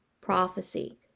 prophecy